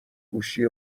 گوشی